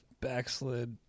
backslid